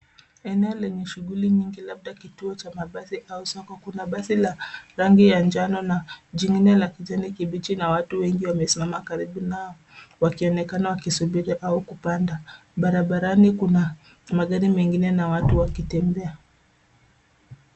Eneo lenye shughuli nyingi labda kituo cha mabasi au soko kuu. Kuna basi lililo na rangi ya njano jingine la kijani kibichi, na watu wengi wamesimama karibu nao wakionekana wakisubiri au kupanda. Barabarani kuna magari mengine na watu wakitembea.